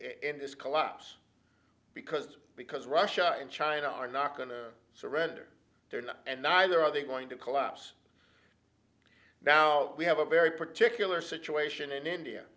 end this collapse because because russia and china are not going to surrender they're not and neither are they going to collapse now we have a very particular situation in india